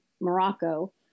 Morocco